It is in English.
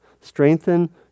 Strengthen